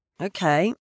Okay